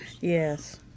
Yes